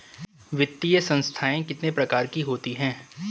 वित्तीय संस्थाएं कितने प्रकार की होती हैं?